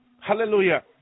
Hallelujah